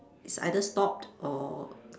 is either stopped or